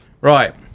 Right